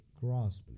grasp